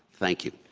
thank you.